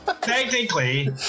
Technically